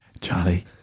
Charlie